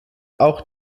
auch